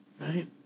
Right